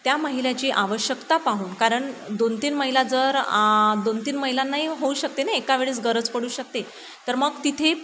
त्या महिलाची आवश्यकता पाहून कारण दोन तीन महिला जर दोन तीन महिलांनाही होऊ शकते ना एका वेळेस गरज पडू शकते तर मग तिथे